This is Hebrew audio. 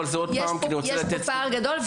יש פה פער גדול.